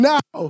Now